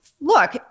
look